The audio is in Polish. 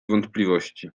wątpliwości